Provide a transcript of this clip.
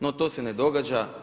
No to se ne događa.